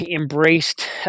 embraced